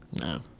no